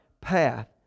path